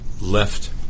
Left